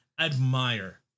admire